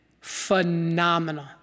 phenomenal